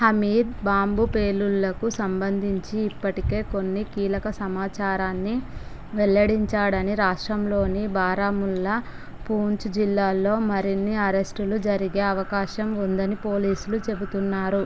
Hamid bomb పేలుళ్ళకు సంబంధించి ఇప్పటికే కొన్ని కీలక సమాచారాన్ని వెల్లడించాడని రాష్ట్రంలోని బారాముల్లా పూంచ్ జిల్లాల్లో మరిన్ని అరెస్టులు జరిగే అవకాశం ఉందని పోలీసులు చెబుతున్నారు